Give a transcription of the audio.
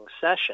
session